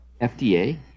FDA